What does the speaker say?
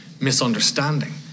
misunderstanding